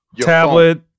tablet